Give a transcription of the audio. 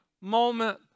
moment